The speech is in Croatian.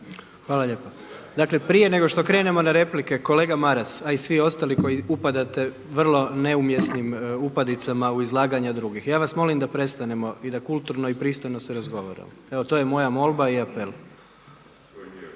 Gordan (HDZ)** Dakle prije nego što krenemo na replike, kolega Maras a i svi ostali koji upadate vrlo neumjesnim upadicama u izlaganja drugih. Ja vas molim da prestanemo i da kulturno i pristojno se razgovaramo. Evo to je moja molba i apel. Druga